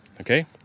Okay